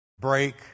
break